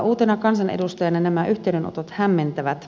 uutena kansanedustajana nämä yhteydenotot hämmentävät